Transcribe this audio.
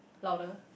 louder